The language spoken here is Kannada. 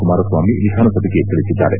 ಕುಮಾರಸ್ವಾಮಿ ವಿಧಾನಸಭೆಗೆ ತಿಳಿಸಿದ್ದಾರೆ